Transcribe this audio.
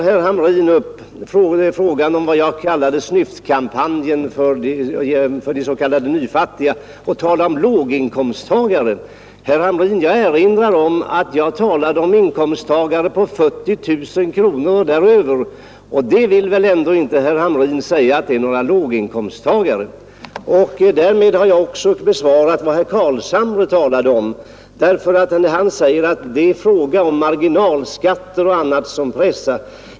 Herr Hamrin tog upp vad jag kallade snyftkampanjen för de s.k. nyfattiga och han talade därvid om låginkomsttagare. Jag erinrar om att de inkomsttagare jag tidigare talade om var sådana med en inkomst av 40 000 kronor och däröver. Herr Hamrin vill väl inte göra gällande att de är låginkomsttagare. Med det nu anförda har jag även besvarat vad herr Carlshamre tog upp om marginalskatter och annat som pressar.